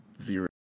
zero